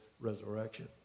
resurrection